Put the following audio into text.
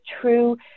true